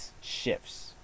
shifts